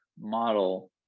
model